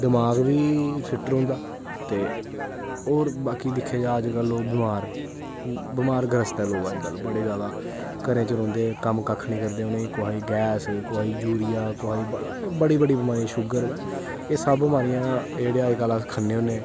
दमाग बी फिट्ट रौंह्दा ते होर अज कल दिक्खेआ जा अज कल लोग बमार बमार ग्रस्त ऐ लोग अज्ज कल बड़े जा दा घरा च रौंह्दे कम्म कक्ख नी करदे उनें कुसें गी गैस कुसें गी जूरियां बड़ा बड़ी बड़ी बमारियां शूगर एह् सब बमारियां जेह्ड़ा अज कल अस खन्ने होनें